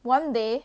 one day